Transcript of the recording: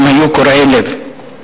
הם היו קורעי לב.